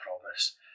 Promise